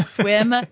swim